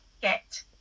GET